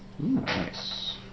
nice